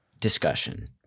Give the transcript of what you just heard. discussion